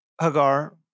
Hagar